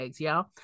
y'all